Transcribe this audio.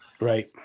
right